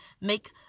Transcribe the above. make